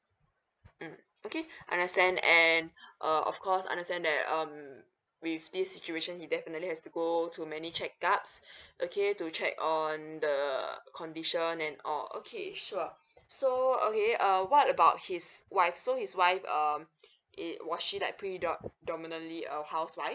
mm okay understand and err of course understand that um with this situation he definitely has to go to many check ups okay to check on the condition and all okay sure so okay uh what about his wife so his wife um it was she like predo~ dominantly a housewife